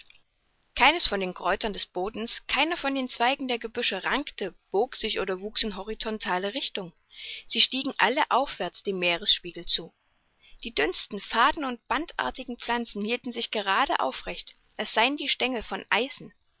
keines von den kräutern des bodens keiner von den zweigen der gebüsche rankte bog sich oder wuchs in horizontaler richtung sie stiegen alle aufwärts dem meeresspiegel zu die dünnsten faden und bandartigen pflanzen hielten sich gerade aufrecht als seien die stengel von eisen